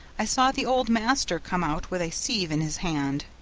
i saw the old master come out with a sieve in his hand.